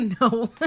No